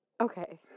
Okay